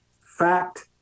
fact